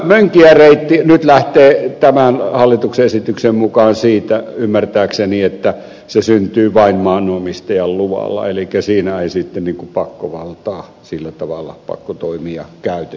mönkijäreitti nyt lähtee tämän hallituksen esityksen mukaan siitä ymmärtääkseni että se syntyy vain maanomistajan luvalla elikkä siinä ei sitten niin kuin pakkovaltaa pakkotoimia sillä tavalla käytettäisi